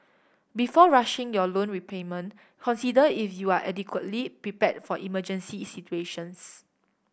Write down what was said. before rushing your loan repayment consider if you are adequately prepared for emergency situations